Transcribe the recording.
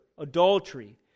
Adultery